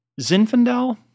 Zinfandel